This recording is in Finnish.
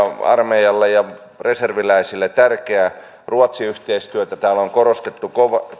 armeijalle ja reserviläisille tärkeä ruotsi yhteistyötä täällä on korostettu